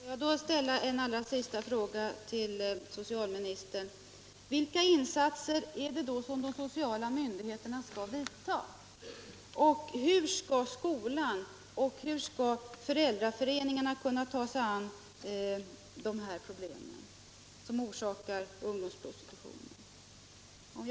Herr talman! Får jag bara ställa en allra sista fråga till socialministern! Vilka insatser är det då som de sociala myndigheterna skall vidta och hur skall skolan och föräldraföreningarna kunna ta sig an de problem som orsakar ungdomsprostitution?